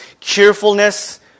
cheerfulness